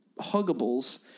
Huggables